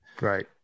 Right